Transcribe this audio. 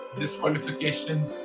disqualifications